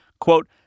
quote